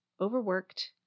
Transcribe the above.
overworked